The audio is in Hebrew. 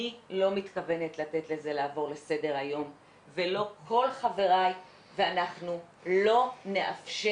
אני לא מתכוונת לתת לזה לעבור לסדר היום ולא כל חבריי ואנחנו לא נאפשר